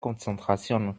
konzentration